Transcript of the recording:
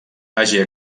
hagi